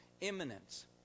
imminence